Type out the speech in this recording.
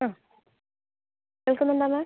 അ കേൾക്കുന്നുണ്ടോ മാം